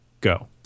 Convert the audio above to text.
go